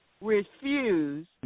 refuse